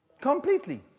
Completely